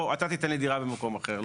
או אתה תיתן לי דירה במקום אחר.